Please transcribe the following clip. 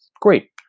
Great